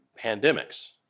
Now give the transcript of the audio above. pandemics